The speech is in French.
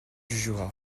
jura